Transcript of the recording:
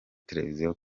televiziyo